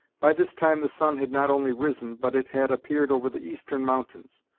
by this time the sun had not only risen, but it had appeared over the eastern mountains,